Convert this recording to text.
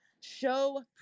show